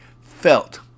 felt